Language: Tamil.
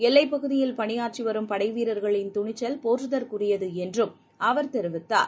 எல்லைப்பகுதியில் பணியாற்றிவரும் படைவீரர்களின் துணிச்சல் போற்றுதலுக்குரியதுஎன்றும் அவர் தெரிவித்தார்